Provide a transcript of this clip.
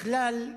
בכלל,